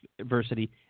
adversity